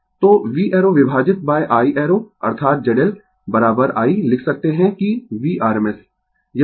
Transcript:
Refer Slide Time 1818 तो V arrow विभाजित I arrow अर्थात Z L I लिख सकते है कि V rms